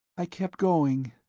i kept going,